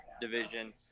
division